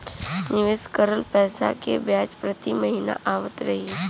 निवेश करल पैसा के ब्याज प्रति महीना आवत रही?